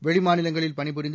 வெளிமாநிலங்களில் பணிபுரிந்து